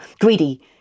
greedy